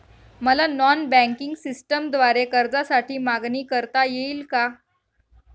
मला non banking सिस्टमद्वारे कर्जासाठी मागणी करता येईल का?